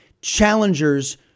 challengers